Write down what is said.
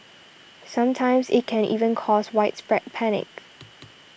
sometimes it can even cause widespread panic